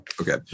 Okay